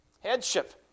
Headship